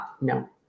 No